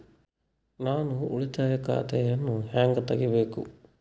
ನಾನು ಉಳಿತಾಯ ಖಾತೆಯನ್ನು ಹೆಂಗ್ ತಗಿಬೇಕು?